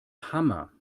hammer